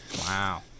Wow